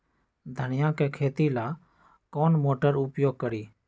धनिया के खेती ला कौन मोटर उपयोग करी?